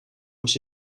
moest